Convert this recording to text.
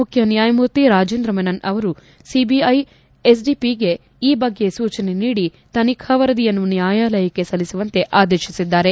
ಮುಖ್ಯ ನ್ವಾಯಮೂರ್ತಿ ರಾಜೇಂದ್ರ ಮೆನನ್ ಅವರು ಸಿಬಿಐನ ಎಸ್ಪಿಗೆ ಈ ಬಗ್ಗೆ ಸೂಚನೆ ನೀಡಿ ತನಿಖಾ ವರದಿಯನ್ನು ನ್ಕಾಯಾಲಯಕ್ಕೆ ಸಲ್ಲಿಸುವಂತೆ ಆದೇಶಿಸಿದ್ದಾರೆ